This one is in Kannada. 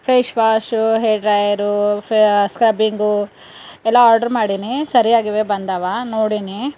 ಫೇಶ್ ವಾಷು ಹೇರ್ ಡ್ರೈಯರು ಫೆ ಸ್ಕ್ರಬ್ಬಿಂಗು ಎಲ್ಲ ಆರ್ಡ್ರು ಮಾಡೀನಿ ಸರಿಯಾಗಿವೆ ಬಂದಿವೆ ನೋಡಿನಿ